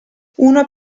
uno